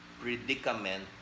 predicament